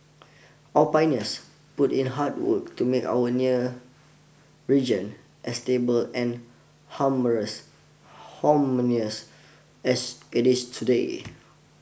our pioneers put in hard work to make our nearer region as stable and harmonious as it is today